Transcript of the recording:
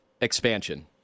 expansion